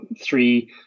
three